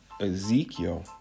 Ezekiel